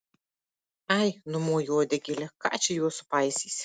ai numoju uodegėle ką čia juos supaisysi